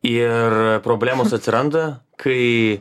ir problemos atsiranda kai